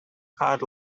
hard